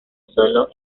sólo